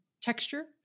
texture